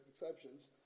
exceptions